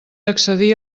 accedir